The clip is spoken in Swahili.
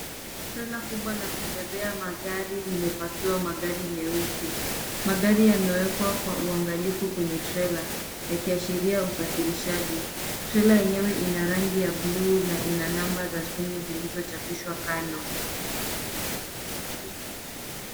Trela kubwa la kubebea magari limepakiwa magari meusi. Magari yamewekwa kwa uangalifu kwenye trela yakiashiria usafirishaji. Trela enyewe ina rangi ya buluu na ina namba za simu zilizochapishwa kando.